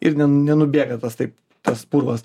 ir nenubėga tas taip tas purvas